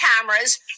cameras